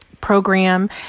program